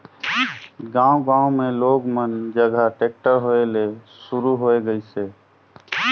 गांव गांव मे लोग मन जघा टेक्टर होय ले सुरू होये गइसे